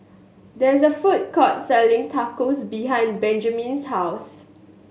there is a food court selling Tacos behind Benjamen's house